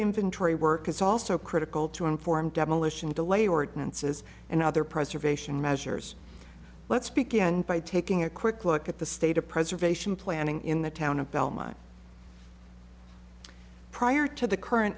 inventory work is also critical to inform demolition delay ordinances and other preservation measures let's begin by taking a quick look at the state of preservation planning in the town of belmont prior to the current